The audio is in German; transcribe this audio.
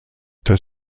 das